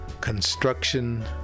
construction